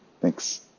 thanks